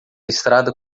estrada